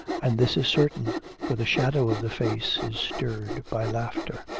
and this is certain, for the shadow of the face is stirred by laughter.